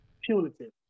punitive